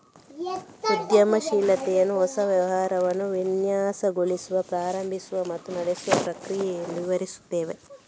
ಉದ್ಯಮಶೀಲತೆಯನ್ನು ಹೊಸ ವ್ಯವಹಾರವನ್ನು ವಿನ್ಯಾಸಗೊಳಿಸುವ, ಪ್ರಾರಂಭಿಸುವ ಮತ್ತು ನಡೆಸುವ ಪ್ರಕ್ರಿಯೆ ಎಂದು ವಿವರಿಸುತ್ತವೆ